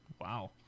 Wow